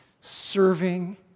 serving